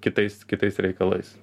kitais kitais reikalais